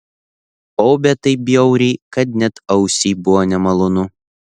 baubė taip bjauriai kad net ausiai buvo nemalonu